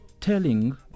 telling